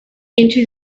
into